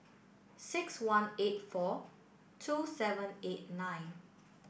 six one eight four two seven eight nine